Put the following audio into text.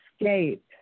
escape